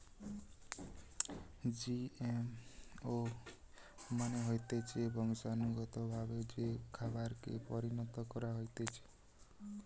GMO মানে হতিছে বংশানুগতভাবে যে খাবারকে পরিণত করা হতিছে